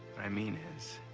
i mean is,